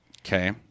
Okay